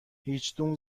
هیچدوم